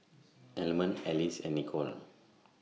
Almond Alice and Nichol